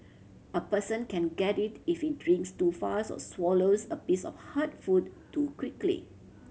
a person can get it if he drinks too fast or swallows a piece of hard food too quickly